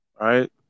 Right